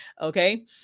okay